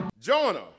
Jonah